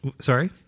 Sorry